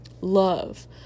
love